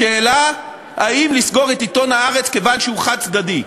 בשאלה אם לסגור את עיתון "הארץ" כיוון שהוא חד-צדדי.